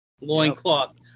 loincloth